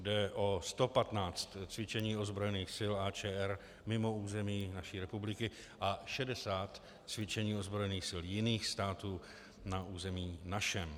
Jde o 115 cvičení ozbrojených sil AČR mimo území naší republiky a 60 cvičení ozbrojených sil jiných států na území našem.